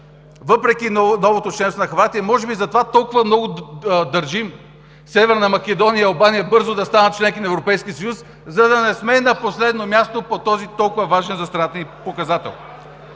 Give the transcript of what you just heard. въпреки новото членство на Хърватия, може би затова толкова много държим Северна Македония и Албания бързо да станат членки на Европейския съюз, за да не сме на последно място по този толкова важен за страната ни показател.